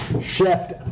shift